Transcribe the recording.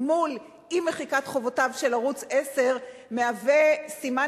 מול אי-מחיקת חובותיו של ערוץ-10 זה סימן